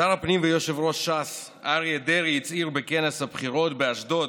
שר הפנים ויושב-ראש ש"ס אריה דרעי הצהיר בכנס הבחירות באשדוד,